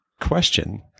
question